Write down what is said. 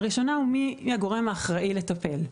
השאלה הראשונה היא מי הוא הגורם האחראי לטפל,